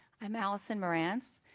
i'm alison morantz,